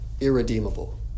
irredeemable